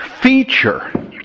feature